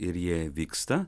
ir jie vyksta